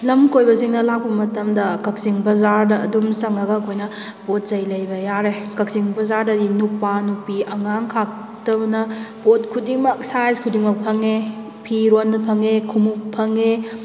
ꯂꯝ ꯀꯣꯏꯕꯁꯤꯡꯅ ꯂꯥꯛꯄ ꯃꯇꯝꯗ ꯀꯛꯆꯤꯡ ꯕꯖꯥꯔꯗ ꯑꯗꯨꯝ ꯆꯪꯉꯒ ꯑꯩꯈꯣꯏꯅ ꯄꯣꯠꯆꯩ ꯂꯩꯕ ꯌꯥꯔꯦ ꯀꯛꯆꯤꯡ ꯕꯖꯥꯔꯗꯒꯤ ꯅꯨꯄꯥ ꯅꯨꯄꯤ ꯑꯉꯥꯡ ꯈꯥꯛꯇꯕꯅ ꯄꯣꯠ ꯈꯨꯗꯤꯡꯃꯛ ꯁꯥꯏꯖ ꯈꯨꯗꯤꯡꯃꯛ ꯐꯪꯉꯦ ꯐꯤꯔꯣꯜꯗ ꯐꯪꯉꯦ ꯈꯣꯎꯞ ꯐꯪꯉꯦ